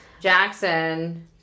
Jackson